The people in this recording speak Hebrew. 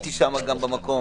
הייתי שם גם במקום